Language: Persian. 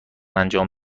انجام